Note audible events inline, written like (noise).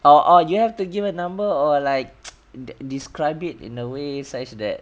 oh oh you have to give a number or like (noise) de~ describe it in a way says that